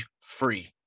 free